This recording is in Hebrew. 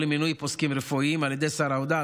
למינוי פוסקים רפואיים על ידי שר העבודה,